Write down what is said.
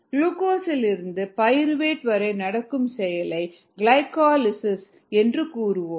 குளுக்கோஸிலிருந்து pyruvate வரை நடக்கும் செயலை கிளைகோலிசிஸ் என்று கூறுவோம்